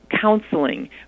counseling